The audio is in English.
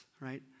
right